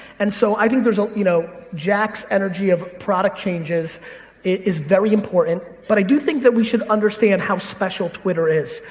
and so i think ah you know jack's energy of product changes is very important. but i do think that we should understand how special twitter is.